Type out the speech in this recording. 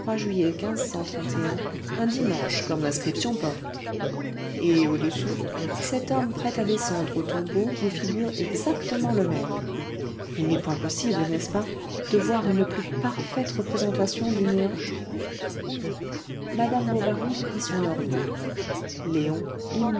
juillet un dimanche comme l'inscription porte et au-dessous cet homme prêt à descendre au tombeau vous figure exactement le même il n'est point possible n'est-ce pas de voir une plus parfaite représentation du néant madame bovary prit son lorgnon léon